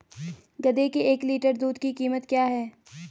गधे के एक लीटर दूध की कीमत क्या है?